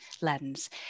lens